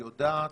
יודעת,